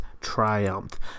triumph